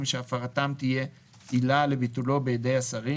שהפרתם תהיה עילה לביטולו בידי השרים,